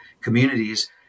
communities